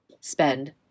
spend